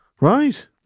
Right